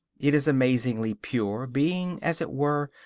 it is amazingly pure, being, as it were,